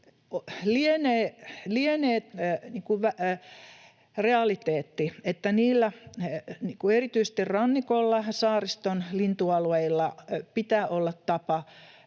Lienee realiteetti, että erityisesti rannikolla ja saariston lintualueilla pitää olla tapa